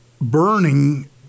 burning